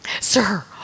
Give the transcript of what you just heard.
Sir